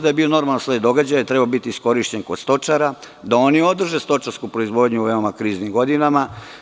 Da je bio normalan slet događaja, taj kukuruz je trebalo biti iskorišćen kod stočara, da oni održe stočarsku proizvodnju u veoma kriznim godinama.